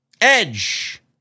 Edge